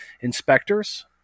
inspectors